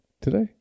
today